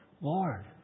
Lord